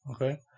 okay